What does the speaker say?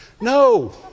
No